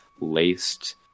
laced